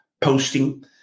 posting